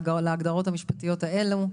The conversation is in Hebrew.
להגדרות המשפטיות האלה.